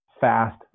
fast